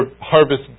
harvest